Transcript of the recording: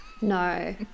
no